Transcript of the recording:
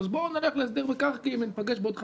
אז בואו נלך להסדר מקרקעין וניפגש בעוד שנים.